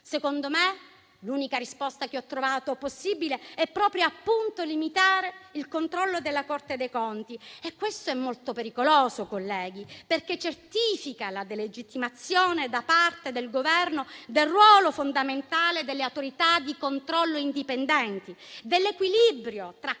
Governo? L'unica risposta che ho trovato possibile è proprio il tentativo di limitare il controllo della Corte dei conti. E questo è molto pericoloso, colleghi, perché certifica la delegittimazione da parte del Governo del ruolo fondamentale delle autorità di controllo indipendenti, dell'equilibrio tra